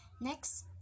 Next